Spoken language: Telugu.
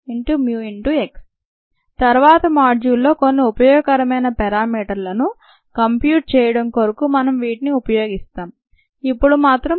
rS1YxSrx1YxSμx తరువాత మాడ్యూల్ లో కొన్ని ఉపయోగకరమైన పారామీటర్లను కంప్యూట్ చేయడం కొరకు మనం వీటిని ఉపయోగిస్తాం ఇప్పుడు మాత్రం దీని తెలుసుకోండి